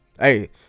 Hey